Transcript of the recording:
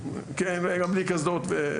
גם בלי קסדות.